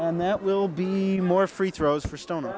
and that will be more free throws for stoner o